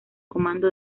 comando